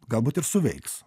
galbūt ir suveiks